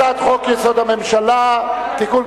הצעת חוק-יסוד: הממשלה (תיקון,